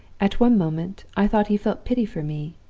at one moment i thought he felt pity for me.